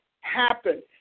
happen